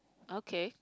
okay